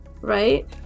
right